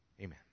Amen